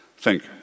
Thank